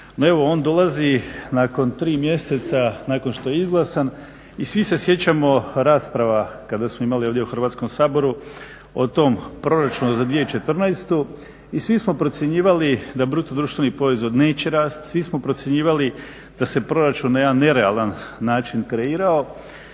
no evo on dolazi nakon tri mjeseca nakon što je izglasan. I svi se sjećamo rasprava kada smo imali ovdje u Hrvatskom saboru o tom proračunu za 2014. i svi smo procjenjivali da bruto društveni proizvod neće rasti, svi smo procjenjivali da se proračun na jedan nerealan način kreirao.